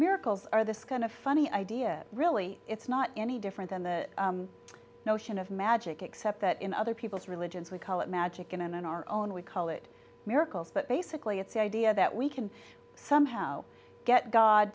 miracles are this kind of funny idea really it's not any different than the notion of magic except that in other people's religions we call it magic and in our own we call it miracles but basically it's the idea that we can somehow get god